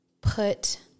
put